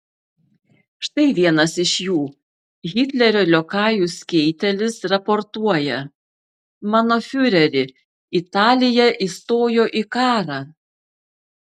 štai vienas iš jų hitlerio liokajus keitelis raportuoja mano fiureri italija įstojo į karą